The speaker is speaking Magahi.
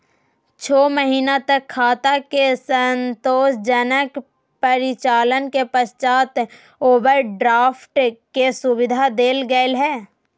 छो महीना तक खाता के संतोषजनक परिचालन के पश्चात ओवरड्राफ्ट के सुविधा देल गेलय हइ